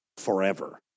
forever